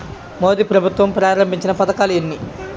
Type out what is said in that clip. మోదీ ప్రభుత్వం ప్రారంభించిన పథకాలు ఎన్ని?